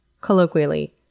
colloquially